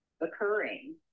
occurring